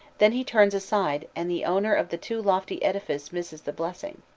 then he turns aside, and the owner of the too lofty edifice misses the blessing.